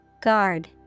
Guard